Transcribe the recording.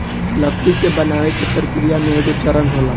लकड़ी के बनावे के प्रक्रिया में एगो चरण होला